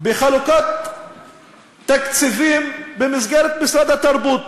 בחלוקת תקציבים במסגרת משרד התרבות.